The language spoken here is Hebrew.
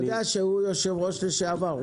אתה יודע שהוא יושב-ראש לשעבר,